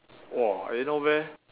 !whoa! eh not bad